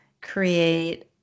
create